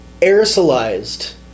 aerosolized